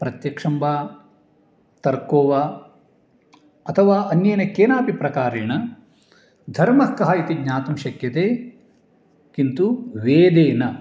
प्रत्यक्षं वा तर्को वा अथवा अन्येन केनापि प्रकारेण धर्मः कः इति ज्ञातुं शक्यते किन्तु वेदेन